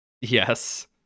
yes